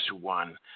one